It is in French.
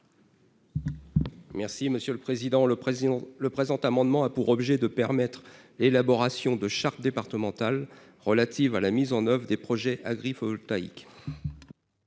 n° 48 rectifié. Cet amendement a pour objet de permettre l'élaboration de chartes départementales relatives à la mise en oeuvre des projets agrivoltaïques.